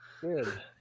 Good